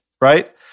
right